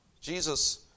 Jesus